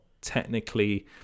technically